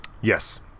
Yes